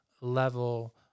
level